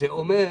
זה אומר